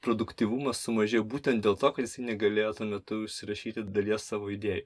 produktyvumas sumažėjo būtent dėl to kad jisai negalėjo tuo metu užsirašyti dalies savo idėjų